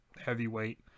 Heavyweight